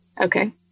Okay